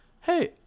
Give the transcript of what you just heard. hey